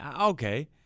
okay